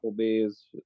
Applebee's